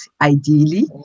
ideally